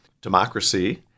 Democracy